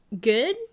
Good